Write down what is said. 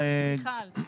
תודה.